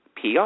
PR